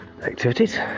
activities